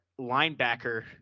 linebacker